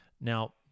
Now